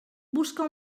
busca